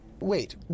Wait